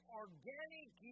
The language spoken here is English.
organic